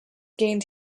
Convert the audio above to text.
gained